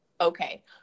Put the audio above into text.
Okay